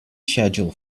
schedule